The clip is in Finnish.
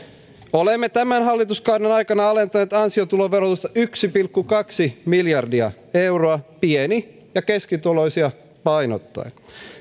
olemme tämän hallituskauden aikana alentaneet ansiotuloverotusta yksi pilkku kaksi miljardia euroa pieni ja keskituloisia painottaen